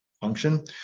function